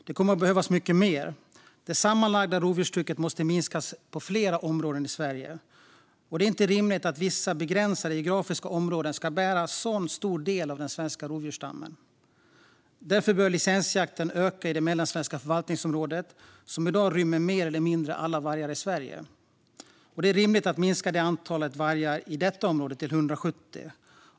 Det kommer att behövas mycket mer. Det sammanlagda rovdjurstrycket måste minska på flera områden i Sverige. Det är inte rimligt att vissa begränsade geografiska områden ska bära en så stor del av den svenska rovdjursstammen. Därför bör licensjakten öka i det mellansvenska förvaltningsområdet, som i dag rymmer mer eller mindre alla vargar i Sverige. Det är rimligt att minska antalet vargar i detta område till 170.